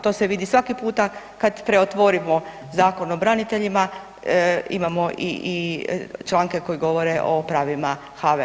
To se vidi svaki puta kad preotvorimo Zakon o braniteljima imamo i članke koji govore o pravima HVO-a.